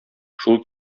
шул